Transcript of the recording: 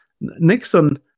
Nixon